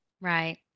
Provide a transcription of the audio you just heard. Right